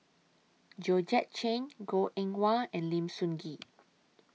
Georgette Chen Goh Eng Wah and Lim Sun Gee